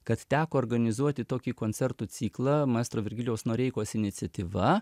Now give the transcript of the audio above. kad teko organizuoti tokį koncertų ciklą maestro virgilijaus noreikos iniciatyva